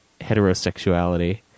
heterosexuality